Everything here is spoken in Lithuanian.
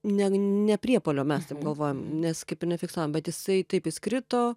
ne ne priepuolio mes taip galvojom nes kaip ir nefiksavom bet jisai taip jis krito